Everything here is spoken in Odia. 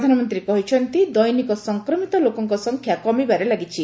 ପ୍ରଧାନମନ୍ତ୍ରୀ କହିଛନ୍ତି ଦେନିକ ସଂକ୍ରମିତ ଲୋକଙ୍କ ସଂଖ୍ୟା କମିବାରେ ଲାଗିଛି